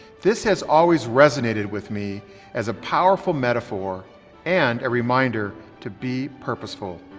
this has always resonated with me as a powerful metaphor and a reminder to be purposeful.